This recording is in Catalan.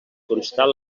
constar